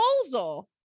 proposal